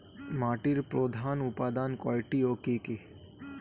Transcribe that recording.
মাটির প্রধান উপাদান কয়টি ও কি কি?